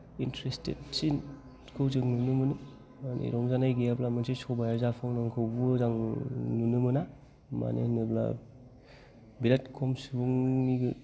interested सिनखौ जों नुनो मोनो माने रंजानाय गैयाब्ला मोनसे सभाया जाफुंनांगौबो जों मोजां नुनो मोना मानो होनोब्ला बिराद खम सुबुंनि